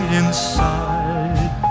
inside